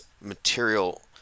material